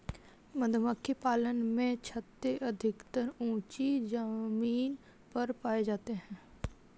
मधुमक्खी पालन में छत्ते अधिकतर ऊँची जमीन पर पाए जाते हैं